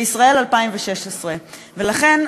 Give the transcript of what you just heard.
בישראל 2016. ולכן,